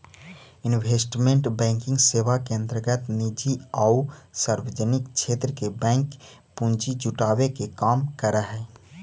investment banking सेवा के अंतर्गत निजी आउ सार्वजनिक क्षेत्र के बैंक पूंजी जुटावे के काम करऽ हइ